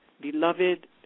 beloved